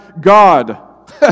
God